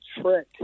trick